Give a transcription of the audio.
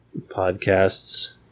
podcasts